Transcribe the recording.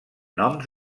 noms